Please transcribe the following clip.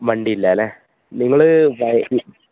വണ്ടി ഇല്ല അല്ലേ നിങ്ങൾ വഴി